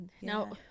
Now